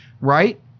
right